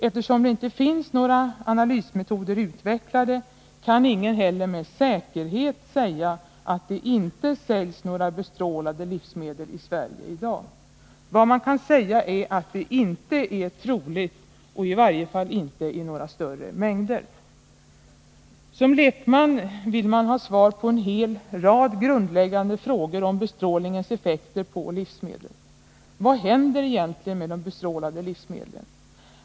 Eftersom det inte finns några analysmetoder utvecklade kan ingen heller med säkerhet säga att det inte säljs några bestrålade livsmedel i Sverige i dag. Vad man kan säga är att det inte är troligt, i varje fall inte i några större mängder. Som lekman vill man ha svar på en hel rad grundläggande frågor om bestrålningens effekter på livsmedlen: Vad händer egentligen med de bestrålade livsmedlen?